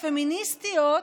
הפמיניסטיות,